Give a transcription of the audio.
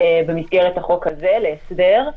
במסגרת החוק הזה להסדר,